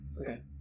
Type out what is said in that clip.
Okay